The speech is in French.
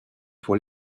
pour